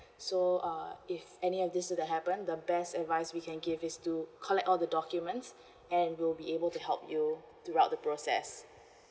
so uh if any of these were to happen the best advice we can give is to collect all the documents and we'll be able to help you throughout the process